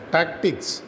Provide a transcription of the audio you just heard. Tactics